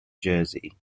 jersey